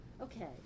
Okay